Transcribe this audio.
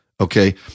okay